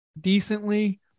decently